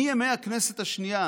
מימי הכנסת השנייה,